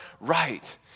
right